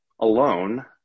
alone